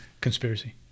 conspiracy